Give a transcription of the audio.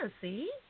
see